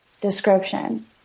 description